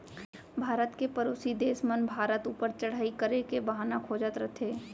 भारत के परोसी देस मन भारत ऊपर चढ़ाई करे के बहाना खोजत रथें